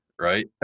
Right